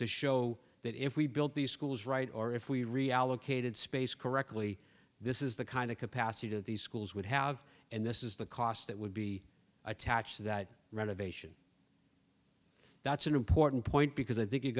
to show that if we build these schools right or if we reallocated space correctly this is the kind of capacity to these schools would have and this is the cost that would be attached to that renovation that's an important point because i think you're